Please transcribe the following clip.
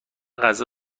غذا